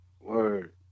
Word